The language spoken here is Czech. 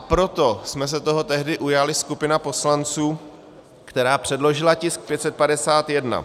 Proto jsme se toho tehdy ujali, skupina poslanců, která předložila tisk 551.